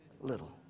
little